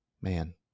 man